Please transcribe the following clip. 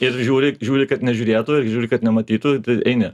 ir žiūri žiūri kad nežiūrėtų ir žiūri kad nematytų tu eini